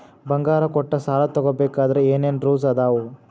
ಬಂಗಾರ ಕೊಟ್ಟ ಸಾಲ ತಗೋಬೇಕಾದ್ರೆ ಏನ್ ಏನ್ ರೂಲ್ಸ್ ಅದಾವು?